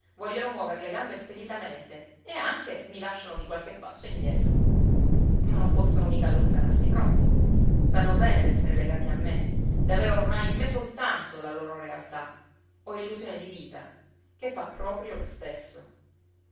vogliono muover le gambe speditamente e anche mi lasciano di qualche passo indietro ma non possono mica allontanarsi troppo sanno bene d'esser legati a me d'aver ormai in me soltanto la loro realtà o illusione di vita che fa proprio lo stesso